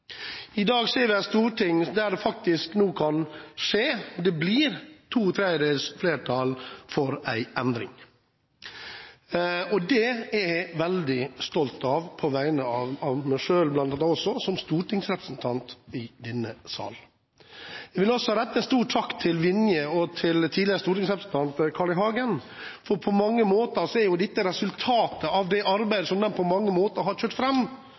I dag er det et storting der dette faktisk nå kan skje – og det blir to tredjedels flertall for en endring. Det er jeg veldig stolt av, bl.a. på vegne av meg selv som stortingsrepresentant i denne sal. Jeg vil rette en stor takk til Finn-Erik Vinje og til tidligere stortingsrepresentant Carl I. Hagen, for på mange måter er jo dette som vi har her i dag, resultatet av det arbeidet som de på mange måter har kjørt